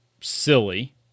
silly